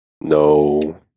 No